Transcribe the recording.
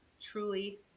truly